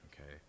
Okay